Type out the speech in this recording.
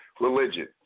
religion